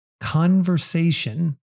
conversation